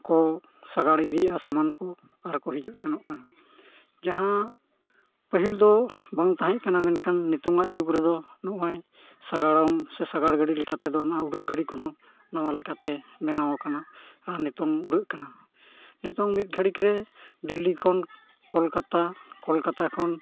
ᱠᱚ ᱥᱟᱸᱜᱟᱲ ᱤᱫᱤᱭᱮᱫᱼᱟ ᱥᱟᱢᱟᱱ ᱠᱚ ᱟᱨᱠᱚ ᱦᱤᱡᱩᱜ ᱥᱮᱱᱚᱜ ᱠᱟᱱᱟ ᱡᱟᱦᱟᱸ ᱯᱟᱹᱦᱤᱞ ᱫᱚ ᱵᱟᱝ ᱛᱟᱦᱮᱸ ᱠᱟᱱᱟ ᱢᱮᱱᱠᱷᱟᱱ ᱱᱤᱛᱚᱜᱟᱜ ᱡᱩᱜᱽ ᱨᱮᱫᱚ ᱱᱚᱜᱼᱚᱸᱭ ᱥᱟᱸᱜᱟᱲᱚᱢ ᱥᱮ ᱥᱟᱸᱜᱟᱲ ᱜᱟᱹᱰᱤ ᱞᱮᱠᱟ ᱛᱮᱫᱚ ᱚᱱᱟ ᱩᱰᱟᱹᱜ ᱜᱟᱹᱰᱤ ᱠᱚᱦᱚᱸ ᱱᱟᱣᱟ ᱞᱮᱠᱟᱛᱮ ᱵᱮᱱᱟᱣ ᱠᱟᱱᱟ ᱟᱨ ᱱᱤᱛᱚᱜ ᱩᱰᱟᱹᱜ ᱠᱟᱱᱟ ᱱᱤᱛᱚᱜ ᱢᱤᱫ ᱜᱷᱟᱹᱲᱤᱡ ᱨᱮ ᱫᱤᱞᱞᱤ ᱠᱷᱚᱱ ᱠᱳᱞᱠᱟᱛᱟ ᱠᱳᱞᱠᱟᱛᱟ ᱠᱷᱚᱱ